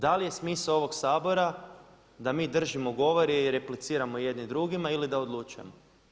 Da li je smisao ovog Sabora da mi držimo govor i repliciramo jedni drugima ili da odlučujemo?